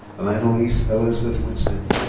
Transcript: um annaliese elizabeth winston.